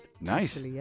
nice